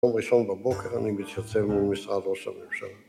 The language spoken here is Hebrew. ‫בום ראשון בבוקר אני מתייצב ‫במשרד ראש הממשלה.